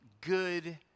good